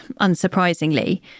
unsurprisingly